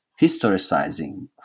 historicizing